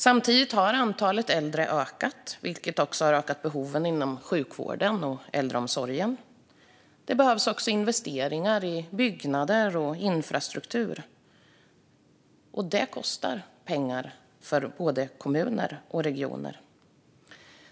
Samtidigt har antalet äldre ökat, vilket också har ökat behoven inom sjukvården och äldreomsorgen. Det behövs också investeringar i byggnader och infrastruktur, och detta kostar pengar för både kommuner och regioner.